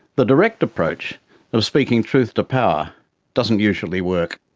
the direct approach of speaking truth to power doesn't usually work.